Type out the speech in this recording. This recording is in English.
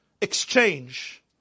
exchange